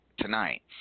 tonight